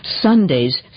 Sundays